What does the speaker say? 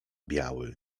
biały